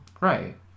Right